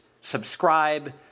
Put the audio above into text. subscribe